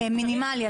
מינימלי.